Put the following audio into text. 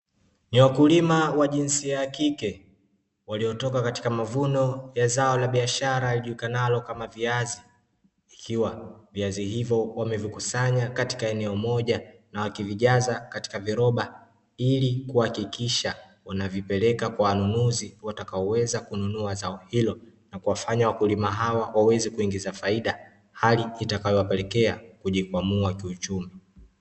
Ni wakulima wa jinsia ya kike waliotoka katika mavuno ya zao la biashara lijulikanalo kama viazi, ikiwa viazi hivyo wamevikusanya katika eneo moja na wakivijaza katika viroba, ili kuhakikisha wanavipeleka kwa wanunuzi watakaoweza kununua zao hilo, na kuwafanya wakulima hawa waweze kuingiza faida, hali itakayowapelekea kujikwamua kiuchumi.